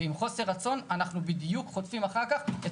ועם חוסר הרצון אנחנו בדיוק חוטפים אחר כך את